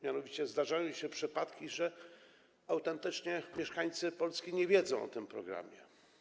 Mianowicie zdarzają się przypadki, że autentycznie mieszkańcy Polski nie wiedzą o tym programie.